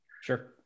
Sure